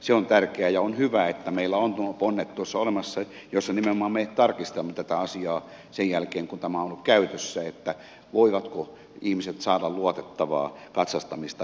se on tärkeää ja on hyvä että meillä on nuo ponnet olemassa joissa nimenomaan me tarkistamme tätä asiaa sen jälkeen kun tämä on käytössä voivatko ihmiset saada luotettavaa katsastamista